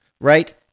right